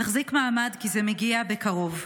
תחזיק מעמד, כי זה מגיע בקרוב.